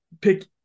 pick